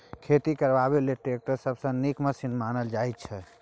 खेती करबा लेल टैक्टर सबसँ नीक मशीन मानल जाइ छै